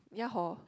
ya hor